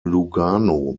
lugano